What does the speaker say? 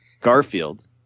garfield